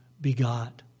begot